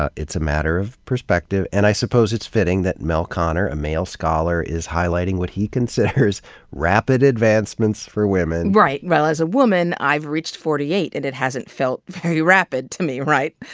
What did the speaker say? ah it's a matter of perspective. and i suppose it's fitting that mel konner, a male scholar, is highlighting what he considers rapid advancements for women, while as a woman, i've reached forty eight and it hasn't felt very rapid to me, right?